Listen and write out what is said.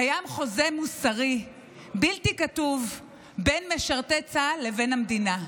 קיים חוזה מוסרי בלתי כתוב בין משרתי צה"ל לבין המדינה,